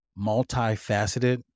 multifaceted